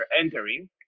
entering